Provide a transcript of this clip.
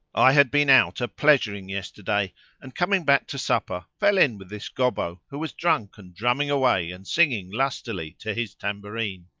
i had been out a pleasuring yesterday and, coming back to supper, fell in with this gobbo, who was drunk and drumming away and singing lustily to his tambourine.